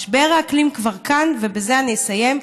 משבר האקלים כבר כאן, ובזה אני אסיים.